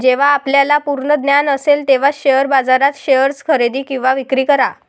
जेव्हा आपल्याला पूर्ण ज्ञान असेल तेव्हाच शेअर बाजारात शेअर्स खरेदी किंवा विक्री करा